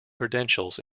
credentials